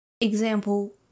example